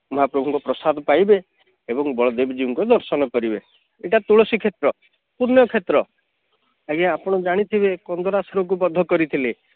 ମହାପ୍ରଭୁଙ୍କ ପ୍ରସାଦ ପାଇବେ ଏବଂ ବଳଦେବଜୀଉଙ୍କୁ ଦର୍ଶନ କରିବେ ଏଇଟା ତୁଳସୀ କ୍ଷେତ୍ର ପୂର୍ଣ୍ଣ କ୍ଷେତ୍ର ଆଜ୍ଞା ଆପଣ ଜାଣିଥିବେ କନ୍ଦରାସୁରକୁ ବଦ୍ଧ କରିଥିଲେ